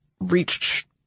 reached